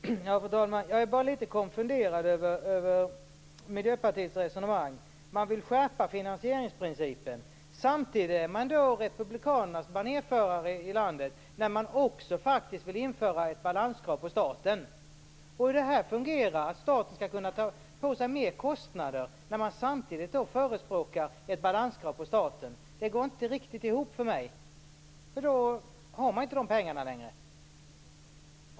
Fru talman! Jag är bara litet konfunderad över Miljöpartiets resonemang. Man vill skärpa finansieringsprincipen. Samtidigt är man republikanernas banerförare i landet, när man också vill införa ett balanskrav på staten. Detta att staten skall kunna ta på sig mer kostnader när man samtidigt förespråkar ett balanskrav på staten, går inte ihop för mig. Då har man ju inte de pengarna längre.